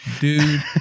dude